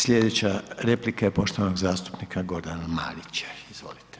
Slijedeća replika je poštovanog zastupnika Gorana Marića, izvolite.